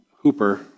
hooper